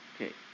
Okay